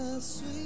Sweet